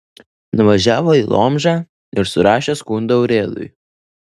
nuvažiavo į lomžą ir surašė skundą urėdui